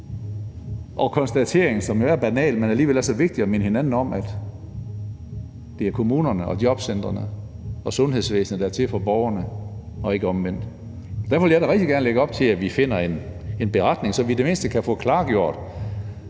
og konstateringen, som jo er banal, men som alligevel er så vigtig at minde hinanden om, nemlig at det er kommunerne og jobcentrene og sundhedsvæsenet, der er til for borgerne, og ikke omvendt. Derfor vil jeg rigtig gerne lægge op til, at vi laver en beretning, så vi i det mindste kan få klargjort,